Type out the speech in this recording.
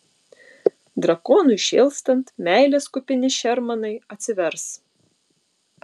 drakonui šėlstant meilės kupini šermanai atsivers